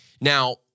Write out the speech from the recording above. Now